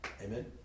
Amen